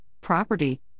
property